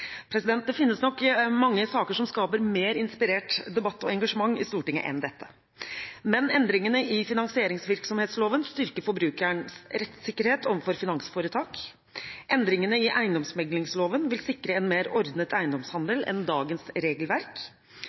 Det finnes nok mange saker som skaper mer inspirert debatt og engasjement i Stortinget enn dette. Men endringene i finansieringsvirksomhetsloven styrker forbrukerens rettssikkerhet overfor finansforetak, og endringene i eiendomsmeglingsloven vil sikre en mer ordnet eiendomshandel enn dagens regelverk.